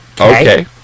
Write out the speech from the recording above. okay